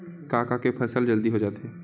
का का के फसल जल्दी हो जाथे?